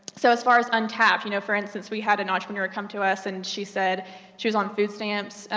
so as far as untapped, you know, for instance, we had an entrepreneur come to us and she said she was on food stamps,